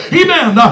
amen